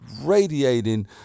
radiating